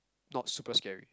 not super scary